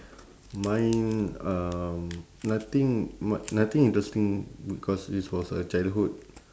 mine um nothing much nothing interesting because it was a childhood